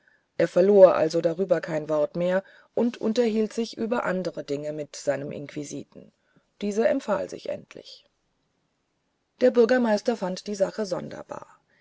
er verlor also darüber kein wort mehr und unterhielt sich über andere dinge mit seinem inquisiten dieser empfahl sich endlich der bürgermeister fand die sache sonderbar